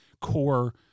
core